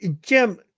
Jim